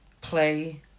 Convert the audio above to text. play